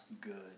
good